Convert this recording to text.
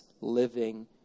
living